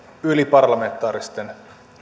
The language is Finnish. yli parlamentaaristen